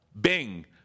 Bing